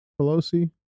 Pelosi